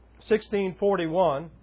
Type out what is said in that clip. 1641